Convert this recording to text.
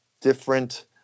different